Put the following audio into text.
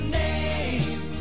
name